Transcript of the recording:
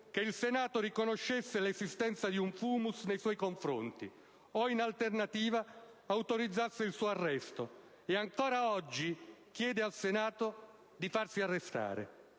che il Senato riconoscesse l'esistenza di un *fumus* nei suoi confronti o, in alternativa, autorizzasse il suo arresto, e ancora oggi chiede al Senato di farla arrestare.